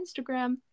Instagram